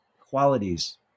qualities